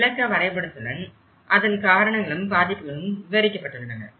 விளக்க வரைபடத்துடன் அதன் காரணங்களும் பாதிப்புகளும் விவரிக்கப்பட்டுள்ளன